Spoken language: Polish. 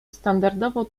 standardowo